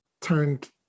turned